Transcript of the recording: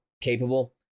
capable